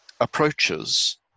approaches